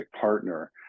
partner